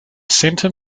center